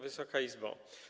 Wysoka Izbo!